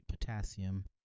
potassium